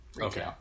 Okay